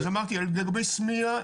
לגבי סמיע,